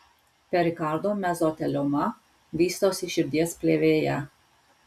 perikardo mezotelioma vystosi širdies plėvėje